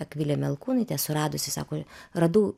akvilė melkūnaitė suradusi sako radau